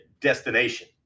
destination